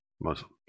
Muslims